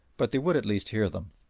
but they would at least hear them.